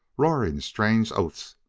roaring strange oaths,